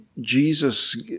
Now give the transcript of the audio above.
Jesus